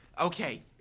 Okay